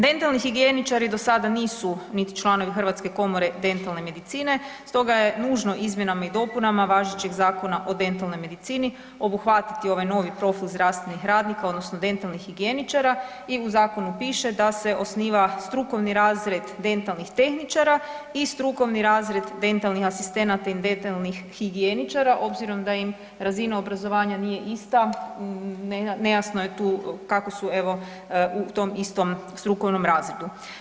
Dentalni higijeničari do sada nisu niti članovi Hrvatske komore dentalne medicine stoga je nužno izmjenama i dopunama važećeg Zakona o dentalnoj medicini obuhvatiti ovaj novi profil zdravstvenih radnika odnosno dentalnih higijeničara i u zakonu piše da se osniva strukovni razred dentalnih tehničara i strukovi razred dentalnih asistenata i dentalnih higijeničara obzirom da im razina obrazovanja nije ista nejasno je tu kako su evo u tom istom strukovnom razredu.